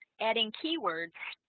adding keywords